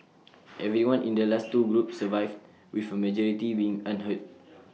everyone in the last two groups survived with A majority being unhurt